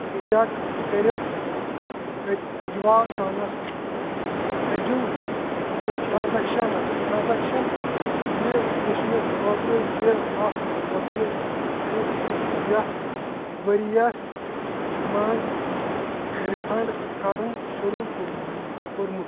check کٔرِتھ اَجوا ٹرٛانَس ایٚجوٗ ٹرٛانٛزکشنٕز ٹرٛانٛزکشن یِہ وُچھنٕہ خٲطر زِ ہَتھ رۄپیِہ چھُکھ یَتھ ؤرۍ یَس منز رِفنٛڈ کرُن شروع کۆرمُت